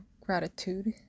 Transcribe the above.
gratitude